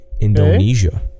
indonesia